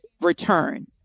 return